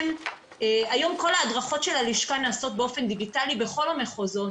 היום כל ההדרכות של הלשכה נעשות באופן דיגיטלי בכל המחוזות.